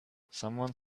someone